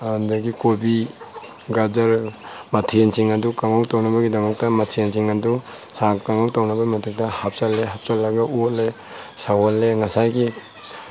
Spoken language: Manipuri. ꯑꯗꯒꯤ ꯀꯣꯕꯤ ꯒꯓꯔ ꯃꯊꯦꯜꯁꯤꯡ ꯑꯗꯨ ꯀꯥꯡꯍꯧ ꯇꯧꯅꯕꯒꯤꯗꯃꯛꯇ ꯃꯊꯦꯜꯁꯤꯡ ꯑꯗꯨ ꯁꯥꯛ ꯀꯪꯍꯧ ꯇꯧꯅꯕꯒꯤ ꯃꯗꯨꯗ ꯍꯥꯞꯆꯟꯂꯦ ꯍꯥꯞꯆꯟꯂꯒ ꯑꯣꯠꯂꯦ ꯁꯧꯍꯟꯂꯦ ꯉꯁꯥꯏꯒꯤ